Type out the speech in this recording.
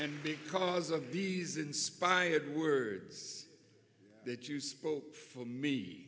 and because of these inspired words that you spoke for me